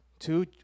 Two